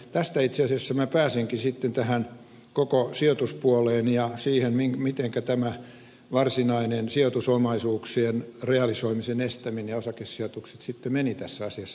tästä minä itse asiassa pääsenkin sitten tähän koko sijoituspuoleen ja siihen mitenkä tämä varsinainen sijoitusomaisuuksien realisoimisen estäminen osakesijoitukset sitten menivät tässä asiassa